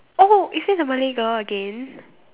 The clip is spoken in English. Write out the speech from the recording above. oh is it the Malay girl again